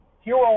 Hero